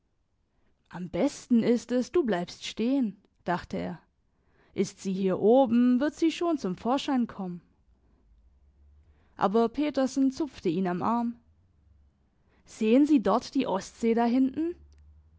am besten ist es du bleibst stehen dachte er ist sie hier oben wird sie schon zum vorschein kommen aber petersen zupfte ihn am arm sehen sie dort die ostsee dahinten